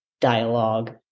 dialogue